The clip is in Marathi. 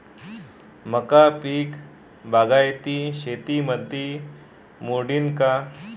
मका पीक बागायती शेतीमंदी मोडीन का?